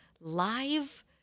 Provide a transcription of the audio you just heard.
live